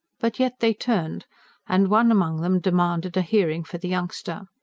but yet they turned and one among them demanded a hearing for the youngster.